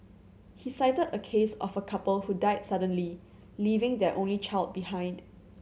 he cited a case of a couple who died suddenly leaving their only child behind